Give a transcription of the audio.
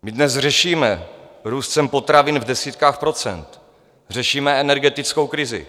My dnes řešíme růst cen potravin v desítkách procent, řešíme energetickou krizi.